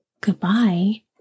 Goodbye